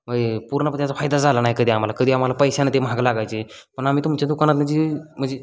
म्हणजे पूर्णपणे त्याचा फायदा झाला नाही कधी आम्हाला कधी आम्हाला पैशाने ते महाग लागायचे पण आम्ही तुमच्या दुकानातनं जी म्हणजे